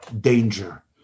danger